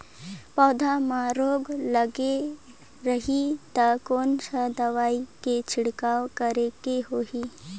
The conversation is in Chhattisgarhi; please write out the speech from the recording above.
पौध मां रोग लगे रही ता कोन सा दवाई के छिड़काव करेके होही?